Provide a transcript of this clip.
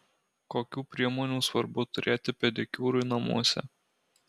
kokių priemonių svarbu turėti pedikiūrui namuose